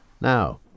Now